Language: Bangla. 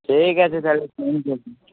ঠিক আছে তাহলে ফোন করবেন